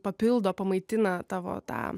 papildo pamaitina tavo tą